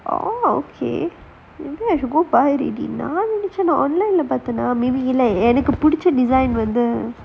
oh okay maybe I should go buy already நான் நினைச்சு:naan ninaichu online இல்ல எனக்கு புடுச்ச:illa enakku puduchcha design வந்து:vanthu